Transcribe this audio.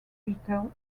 digital